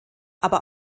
aber